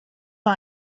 war